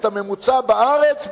את הממוצע בארץ,